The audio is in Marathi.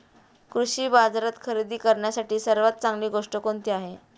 कृषी बाजारात खरेदी करण्यासाठी सर्वात चांगली गोष्ट कोणती आहे?